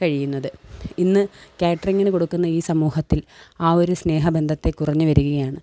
കഴിയുന്നത് ഇന്ന് കാറ്ററിങ്ങിന് കൊടുക്കുന്ന ഈ സമൂഹത്തിൽ ആ ഒരു സ്നേഹബന്ധത്തെ കുറഞ്ഞ് വരുകയാണ്